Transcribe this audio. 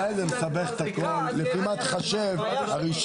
בוא, אל תיתן לנו כל חודש לדווח על משהו אחר.